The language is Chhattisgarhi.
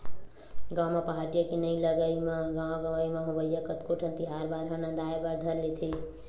गाँव म पहाटिया के नइ लगई म गाँव गंवई म होवइया कतको ठन तिहार बार ह नंदाय बर धर लेथे